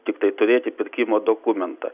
tiktai turėti pirkimo dokumentą